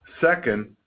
Second